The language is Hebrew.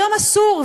היום אסור,